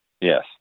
Yes